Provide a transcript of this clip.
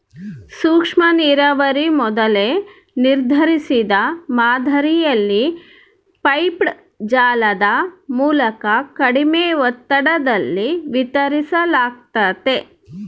ಸೂಕ್ಷ್ಮನೀರಾವರಿ ಮೊದಲೇ ನಿರ್ಧರಿಸಿದ ಮಾದರಿಯಲ್ಲಿ ಪೈಪ್ಡ್ ಜಾಲದ ಮೂಲಕ ಕಡಿಮೆ ಒತ್ತಡದಲ್ಲಿ ವಿತರಿಸಲಾಗ್ತತೆ